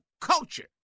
culture